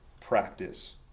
practice